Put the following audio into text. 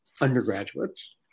undergraduates